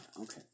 okay